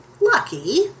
lucky